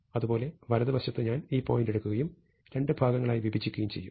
അതുപോലെ വലതുവശത്ത് ഞാൻ ഈ പോയിന്റ് എടുക്കുകയും രണ്ട് ഭാഗങ്ങളായി വിഭജിക്കുകയും ചെയ്യും